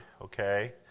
okay